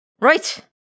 Right